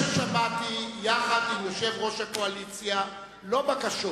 יחד עם יושב-ראש הקואליציה, לא בקשות